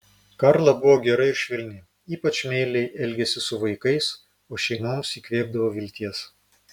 karla buvo gera ir švelni ypač meiliai elgėsi su vaikais o šeimoms įkvėpdavo vilties